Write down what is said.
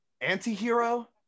anti-hero